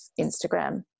Instagram